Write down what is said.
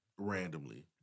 randomly